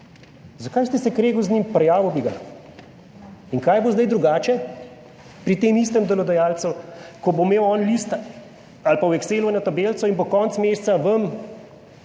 Zakaj ste se kregal z njim? Prijavil bi ga. in kaj bo zdaj drugače pri tem istem delodajalcu? Ko bo imel on listo ali pa v Excel na tabelico in bo konec meseca vam